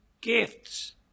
gifts